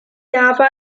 java